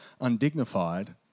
undignified